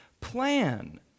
plan